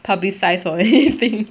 publicise or anything